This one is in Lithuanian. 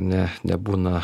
ne nebūna